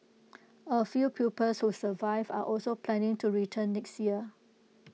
A few pupils who survived are also planning to return next year